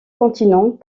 continents